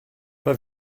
pas